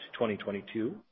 2022